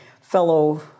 fellow